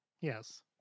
Yes